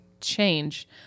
change